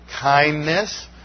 kindness